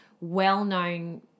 well-known